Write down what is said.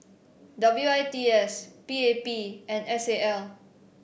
W I T S P A P and S A L